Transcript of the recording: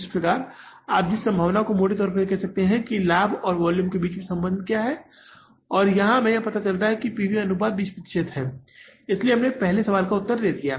इस प्रकार आप जिस संभावना को मोटे तौर पर कह सकते हैं कि लाभ और वॉल्यूम के बीच का संबंध क्या है और यहां हमें पता चला है कि पी वी अनुपात 20 प्रतिशत है इसलिए हमने पहला सवाल का उत्तर दिया है